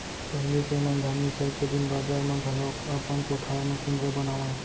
पहिली के मन धान मिसाई के दिन बादर म घलौक अपन कोठार म कुंदरा बनावयँ